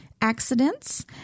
accidents